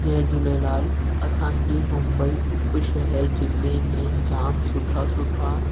जय झूलेलाल असांजी मुंबई उपशहरु ज़िले में जामु सुठा सुठा